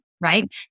right